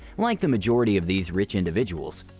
like the majority of these rich individuals,